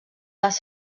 les